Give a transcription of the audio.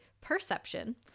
perception